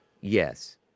Yes